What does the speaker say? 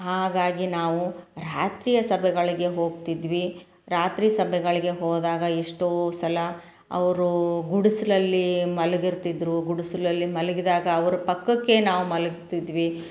ಹಾಗಾಗಿ ನಾವು ರಾತ್ರಿಯ ಸಭೆಗಳಿಗೆ ಹೋಗ್ತಿದ್ವಿ ರಾತ್ರಿ ಸಭೆಗಳಿಗೆ ಹೋದಾಗ ಎಷ್ಟೋ ಸಲ ಅವರು ಗುಡಿಸ್ಲಲ್ಲಿ ಮಲಗಿರ್ತಿದ್ರು ಗುಡಿಸಲಲ್ಲಿ ಮಲಗಿದಾಗ ಅವರ ಪಕ್ಕಕ್ಕೇ ನಾವು ಮಲಗ್ತಿದ್ವಿ